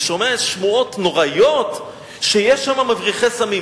אני שומע שמועות נוראיות שיש שם מבריחי סמים.